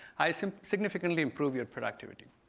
i so significantly improve your productivity.